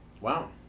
Wow